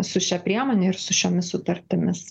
su šia priemone ir su šiomis sutartimis